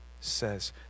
says